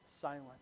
silent